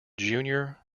junior